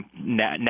now